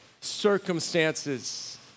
circumstances